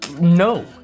no